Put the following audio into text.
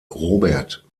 robert